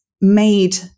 made